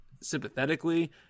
sympathetically